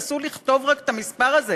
נסו לכתוב רק את המספר הזה.